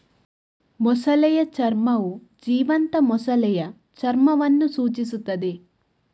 ಮೊಸಳೆಯ ಚರ್ಮವು ಜೀವಂತ ಮೊಸಳೆಯ ಚರ್ಮವನ್ನು ಸೂಚಿಸುತ್ತದೆ